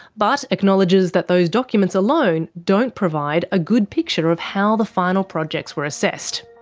but acknowledges that those documents alone don't provide a good picture of how the final projects were assessed.